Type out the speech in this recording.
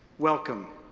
welcome,